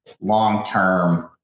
long-term